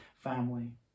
family